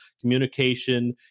communication